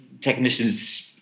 technicians